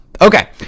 Okay